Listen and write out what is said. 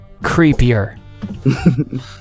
creepier